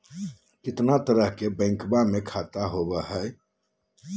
कितना तरह के बैंकवा में खाता होव हई?